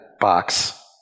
box